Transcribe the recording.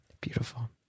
Beautiful